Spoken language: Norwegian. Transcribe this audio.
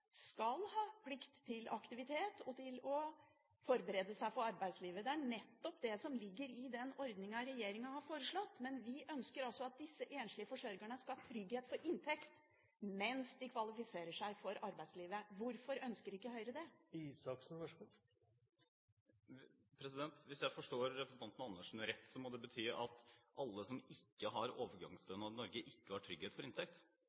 skal ha plikt til aktivitet og til å forberede seg på arbeidslivet. Det er nettopp det som ligger i den ordningen som regjeringen har foreslått, men vi ønsker at disse enslige forsørgerne skal ha trygghet for inntekt mens de kvalifiserer seg for arbeidslivet. Hvorfor ønsker ikke Høyre det? Hvis jeg forstår representanten Andersen rett, må det bety at alle som ikke har overgangsstønad i Norge, ikke har trygghet for inntekt.